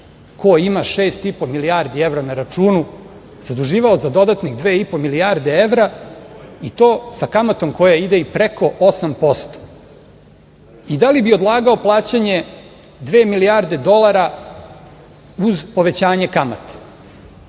šest i po milijardi evra na računu zaduživao za dodatnih dve i po milijarde evra i to sa kamatom koja ide i preko osam posto i da li bi odlagao plaćanje dve milijarde dolara uz povećanje kamate? Da